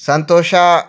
ಸಂತೋಷ